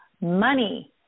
money